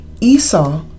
Esau